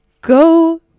Go